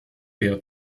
der